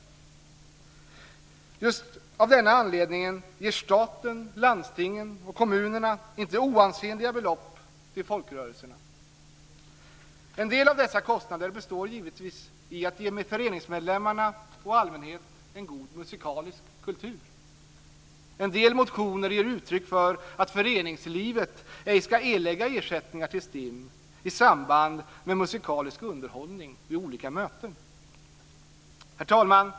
Just av denna anledning ger staten, landstingen och kommunerna inte oansenliga belopp till folkrörelserna. En del av dessa kostnader består givetvis av att ge föreningsmedlemmarna och allmänhet en god musikalisk kultur. En del motioner ger uttryck för att föreningslivet ej ska behöva erlägga ersättningar till STIM i samband med musikaliskt underhållning vid olika möten. Herr talman!